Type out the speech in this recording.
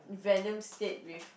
Venom stayed with